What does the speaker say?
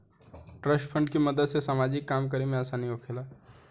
trust fund के मदद से सामाजिक काम करे में आसानी होखेला